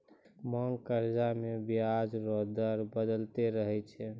मांग कर्जा मे बियाज रो दर बदलते रहै छै